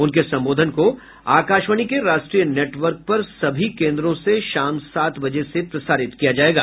उनके संबोधन को आकाशवाणी के राष्ट्रीय नेटवर्क पर सभी केन्द्रों से शाम सात बजे से प्रसारित किया जायेगा